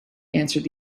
answered